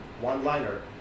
one-liner